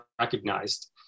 recognized